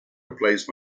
replaced